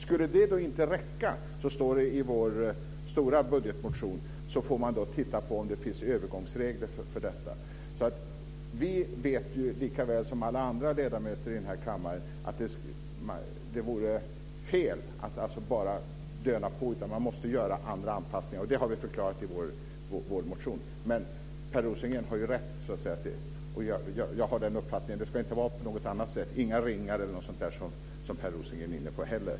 Skulle detta inte räcka föreslår vi i vår stora budgetmotion att man ska se på om det går att införa övergångsregler. Vi vet ju lika väl som alla andra ledamöter i den här kammaren att det vore fel att bara göda på, utan man måste göra andra anpassningar, och det har vi förklarat i vår motion. Men Per Rosengren har ju rätt, och jag har den uppfattningen att det inte ska vara på något annat sätt, inga ringar eller sådant, som också Per Rosengren var inne på.